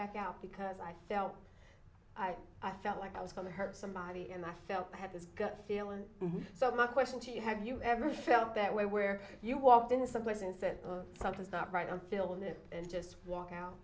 back out because i felt i i felt like i was going to hurt somebody and i felt i had this gut feel and so my question to you have you ever felt that way where you walked in the subways and said something's not right on phillip and just walk out